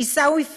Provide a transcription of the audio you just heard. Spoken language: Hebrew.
עיסאווי פריג',